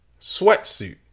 Sweatsuit